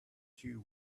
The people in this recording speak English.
two